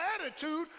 attitude